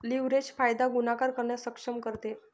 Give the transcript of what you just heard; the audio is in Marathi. लीव्हरेज फायदा गुणाकार करण्यास सक्षम करते